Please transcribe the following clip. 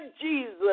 Jesus